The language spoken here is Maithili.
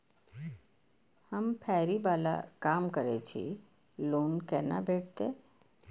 हम फैरी बाला काम करै छी लोन कैना भेटते?